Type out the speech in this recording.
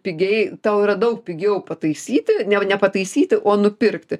pigiai tau yra daug pigiau pataisyti ne nepataisyti o nupirkti